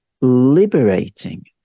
liberating